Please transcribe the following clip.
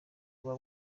buba